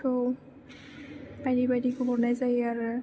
थौ बायदि बायदिखौ हरनाय जायो आरो